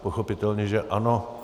Pochopitelně že ano.